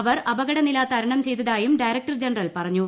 അവർ അപകടനില തരണം ചെയ്തതായും ഡയറക്ടർ ജനറൽ പറഞ്ഞു